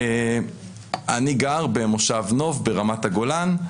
אני גר במושב נוב ברמת הגולן,